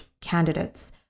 candidates